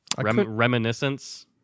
Reminiscence